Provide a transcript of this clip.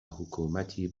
حکومتی